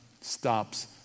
stops